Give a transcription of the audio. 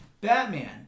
Batman